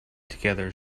together